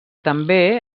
també